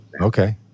Okay